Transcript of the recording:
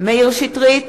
מאיר שטרית,